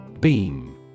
BEAM